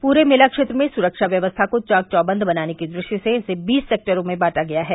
पूरे मेला क्षेत्र में सुरक्षा व्यवस्था को चाक चौबंद बनाने की ट्रष्टि से इसे बीस सेक्टरों में बांटा गया है